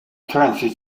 transit